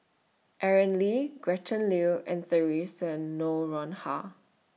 Aaron Lee Gretchen Liu and Theresa Noronha